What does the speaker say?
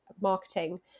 marketing